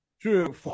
True